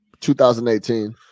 2018